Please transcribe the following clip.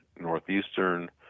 Northeastern